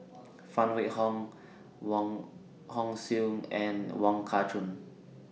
Phan Wait Hong Wong Hong Suen and Wong Kah Chun